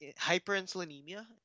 hyperinsulinemia